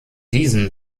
diesen